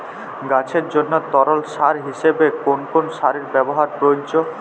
গাছের জন্য তরল সার হিসেবে কোন কোন সারের ব্যাবহার প্রযোজ্য?